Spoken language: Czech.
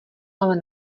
ale